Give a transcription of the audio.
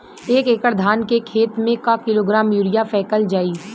एक एकड़ धान के खेत में क किलोग्राम यूरिया फैकल जाई?